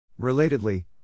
Relatedly